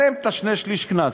אין להם את השני-שלישים קנס.